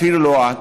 אפילו לא את,